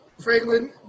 Franklin